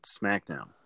SmackDown